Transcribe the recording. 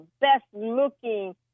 best-looking